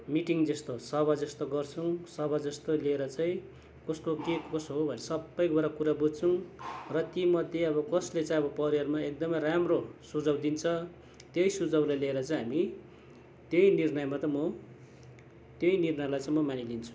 meeting जस्तो सभा जस्तो गर्छौँ सभा जस्तो लिएर चाहिँ कसको के कसो हो भनेर सबै गएर कुरा बुझ्छौँ र ती मध्ये अब कसले चाहिँ अब परिवारमा एकदमै राम्रो सुझाउ दिन्छ त्यही सुझाउलाई लिएर चाहिँ हामी त्यही निर्णयमा त म त्यही निर्णयलाई चाहिँ म मानिलिन्छु